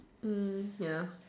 ya